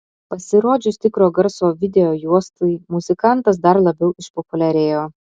pasirodžius tikro garso videojuostai muzikantas dar labiau išpopuliarėjo